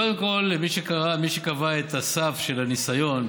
קודם כול, מי שקבע את הסעיף של הניסיון,